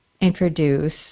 introduce